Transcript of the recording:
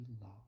love